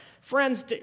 Friends